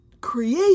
create